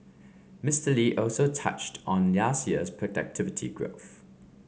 Mister Lee also touched on last year's productivity growth